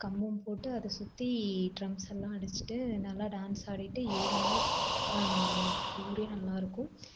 கம்பம் போட்டு அதை சுற்றி ட்ரெம்ஸ்செல்லாம் அடிச்சுட்டு நல்லா டான்ஸ் ஆடிகிட்டு ஏழு நாள் இது ஊரே நல்லாயிருக்கும்